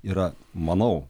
yra manau